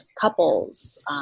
couples